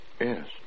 Yes